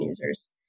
users